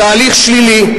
תהליך שלילי.